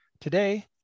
Today